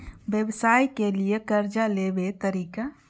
व्यवसाय के लियै कर्जा लेबे तरीका?